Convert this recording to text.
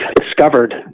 discovered